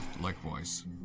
Likewise